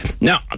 Now